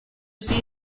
see